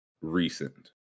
recent